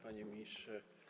Panie Ministrze!